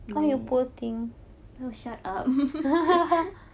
my you shut up